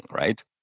right